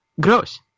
Gross